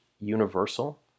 universal